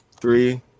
three